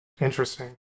Interesting